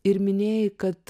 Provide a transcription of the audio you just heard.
ir minėjai kad